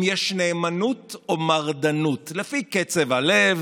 אם יש נאמנות או מרדנות, לפי קצב הלב,